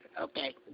Okay